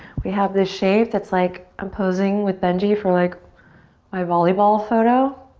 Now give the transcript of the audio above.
we have this shape that's like i'm posing with benji for like my volleyball photo.